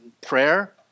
prayer